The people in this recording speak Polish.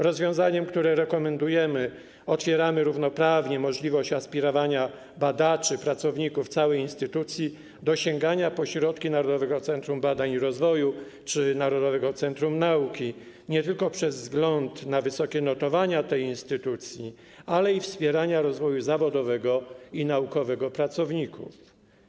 Rozwiązaniem, które rekomendujemy, otwieramy równoprawnie możliwość aspirowania badaczy, pracowników całej instytucji do sięgania po środki Narodowego Centrum Badań i Rozwoju czy Narodowego Centrum Nauki, nie tylko przez wzgląd na wysokie notowania tej instytucji, ale także z uwagi na wspieranie rozwoju zawodowego i naukowego pracowników.